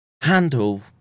handle